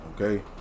okay